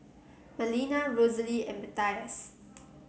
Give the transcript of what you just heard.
Marlena Rosalee and Mathias